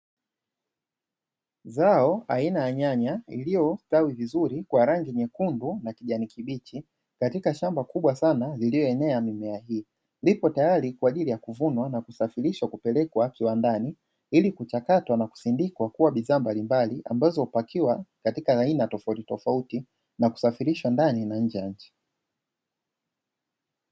Zao aina ya nyanya iliyostawi vizuri kwa rangi nyekundu na kijani kibichi katika shamba kubwa sana lililoenea mimea hiyo, lipo tayari kwa ajili ya kuvunwa na kusafirishwa kupelekwa kiwandani ili kuchakatwa na kusindikwa kuwa bidhaa mbalimbali, ambazo hupakiwa katika aina tofauti tofauti na kusafirishwa ndani na nje ya nchi.